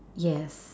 yes